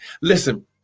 listen